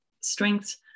strengths